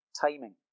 timing